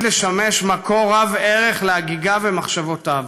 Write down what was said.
לשמש מקור רב-ערך להגיגיו ולמחשבותיו.